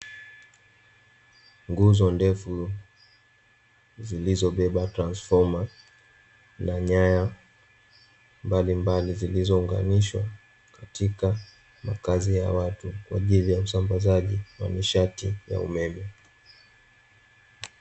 Nguzo ndefu zilizobeba transifoma na nyaya mbalimbali, zilizounganishwa katika makazi ya watu kwa ajili ya usambazaji wa nishati ya umeme.